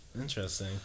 Interesting